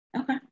Okay